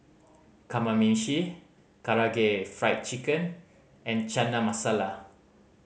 Kamameshi Karaage Fried Chicken and Chana Masala